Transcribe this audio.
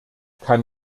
kann